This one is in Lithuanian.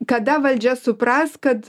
kada valdžia supras kad